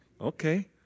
okay